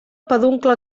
peduncle